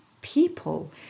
people